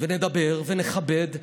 ונדבר ונכבד.